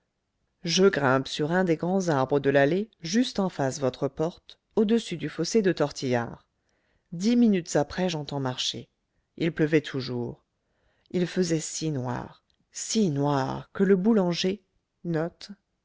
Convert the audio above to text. je grimpe sur un des grands arbres de l'allée juste en face votre porte au-dessus du fossé de tortillard dix minutes après j'entends marcher il pleuvait toujours il faisait si noir si noir que le boulanger